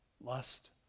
lust